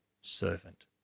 servant